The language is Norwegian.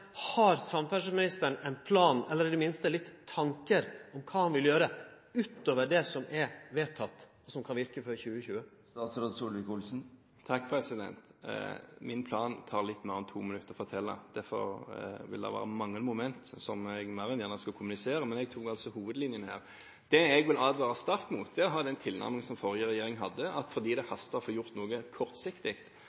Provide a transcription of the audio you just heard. Har samferdselsministeren ein plan, eller i det minste nokon tankar, om kva han vil gjere utover det som er vedteke, og som kan verke før 2020? Min plan tar det litt mer enn to minutter å fortelle om. Derfor vil det være mange momenter som jeg mer enn gjerne skulle kommunisert, men jeg tok altså hovedlinjene her. Det jeg vil advare sterkt mot, er å ha den tilnærmingen som forrige regjering hadde: Fordi det